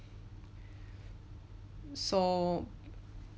so